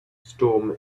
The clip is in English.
storm